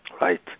Right